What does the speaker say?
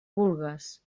vulgues